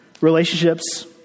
relationships